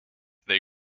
they